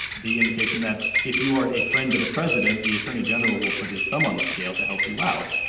the indication that if you are a friend of the president, the attorney general will put his thumb on the scale to help you out,